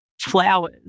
flowers